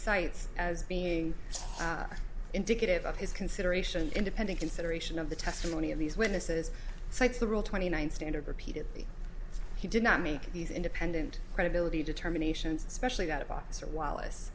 cites as being indicative of his consideration independent consideration of the testimony of these witnesses cites the rule twenty nine standard repeatedly he did not make these independent credibility determinations especially out of office or wallace